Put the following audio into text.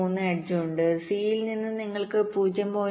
3 edge ഉണ്ട് സിയിൽ നിന്ന് നിങ്ങൾക്ക് 0